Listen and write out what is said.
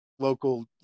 Local